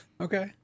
Okay